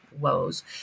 woes